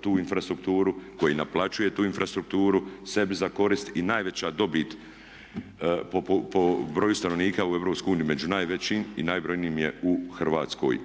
tu infrastrukturu, koji naplaćuje tu infrastrukturu sebi za korist i najveća dobit po broju stanovnika u EU među najvećim i najbrojnijim je u Hrvatskoj.